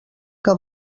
que